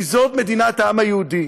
כי זאת מדינת העם היהודי.